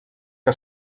que